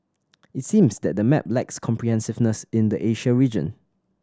it seems that the map lacks comprehensiveness in the Asia region